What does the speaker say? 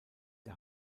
der